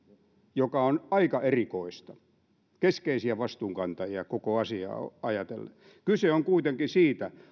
mikä on aika erikoista he ovat keskeisiä vastuunkantajia koko asiaa ajatellen kyse on kuitenkin siitä